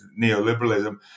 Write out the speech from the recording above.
neoliberalism